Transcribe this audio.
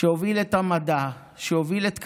שהוביל את המדע, שהוביל את קמ"ג,